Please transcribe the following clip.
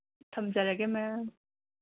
ꯊꯝꯖꯔꯒꯦ ꯃꯦꯝ